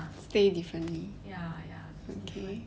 stay differently